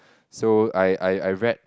so I I I read